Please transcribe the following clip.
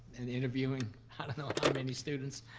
and interviewing um many students,